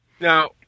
Now